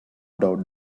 doubt